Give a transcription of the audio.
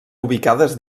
ubicades